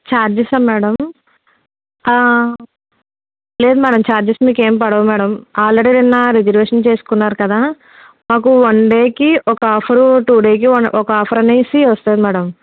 ఛార్జెసా madam ఆ లేదు madam charges మీకేం పడవు మేడం ఆల్రెడీ నిన్న రిజర్వేషన్ చేసుకున్నారు కదా మాకు వన్ డేకి ఒక ఆఫరు టూ డేకి వన్ ఒక ఆఫర్ అనేసి వస్తుంది మేడం